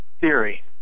Theory